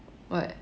what